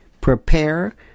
Prepare